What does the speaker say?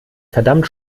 verdammt